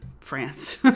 France